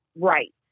right